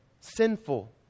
sinful